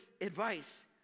advice